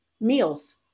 meals